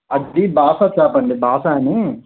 అది బాషా చెప్పండి అండి బాషా అని